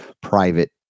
private